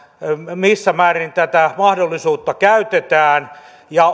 missä määrin tätä mahdollisuutta käytetään ja